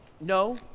No